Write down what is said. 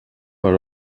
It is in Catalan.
per